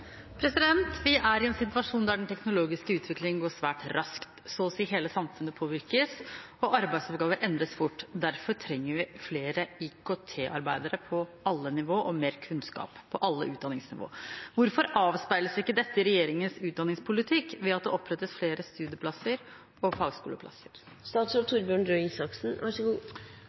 hvordan vi kan få bedre og mer jevnlig informasjon om disse elevene. Det vil være første steg på veien for nettopp å kunne kontrollere om praksisen i fylkene er god nok over tid. «Vi er i en situasjon der den teknologiske utviklingen går svært raskt. Så å si hele samfunnet påvirkes, og arbeidsoppgaver endres fort. Derfor trenger vi flere IKT-arbeidere, på alle utdanningsnivå. Hvorfor avspeiles ikke dette i